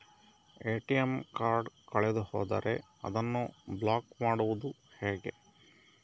ATM card ಕಳೆದು ಹೋದರೆ ಅದನ್ನು ಬ್ಲಾಕ್ ಮಾಡುವುದು ಹೇಗೆ?